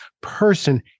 Person